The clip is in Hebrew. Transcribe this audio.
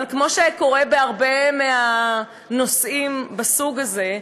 אבל כמו שקורה בהרבה מהנושאים מהסוג הזה,